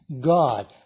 God